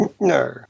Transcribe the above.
No